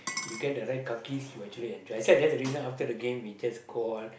you get the right kakis you actually enjoy so that's the reason after the game we just go on